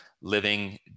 living